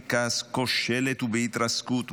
היא קרקס כושל ובהתרסקות,